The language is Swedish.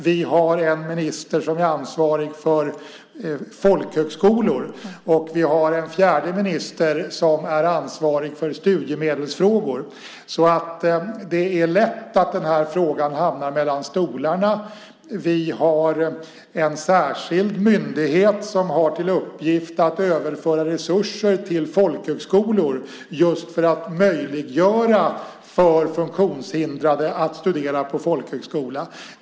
Vi har en minister som är ansvarig för folkhögskolor och vi har en fjärde minister som är ansvarig för studiemedelsfrågor. Det är alltså lätt att frågan hamnar mellan stolarna. Vi har även en särskild myndighet som har till uppgift att överföra resurser till folkhögskolor just för att möjliggöra för funktionshindrade att studera vid dessa.